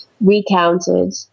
recounted